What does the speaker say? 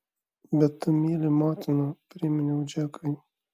bet tu myli motiną priminiau džekui